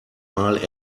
mal